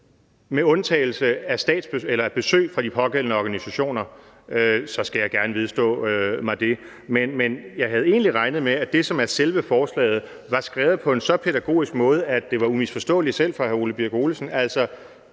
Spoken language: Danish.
med undtagelse af besøg fra de pågældende organisationer, så skal jeg gerne vedstå mig det. Men jeg havde egentlig regnet med, at selve forslaget var skrevet på en så pædagogisk måde, at det var umisforståeligt selv for hr. Ole Birk Olesen.